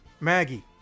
maggie